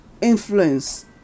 influence